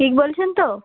ঠিক বলছেন তো